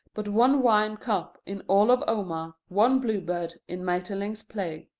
but one wine-cup in all of omar, one bluebird in maeterlinck's play.